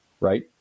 right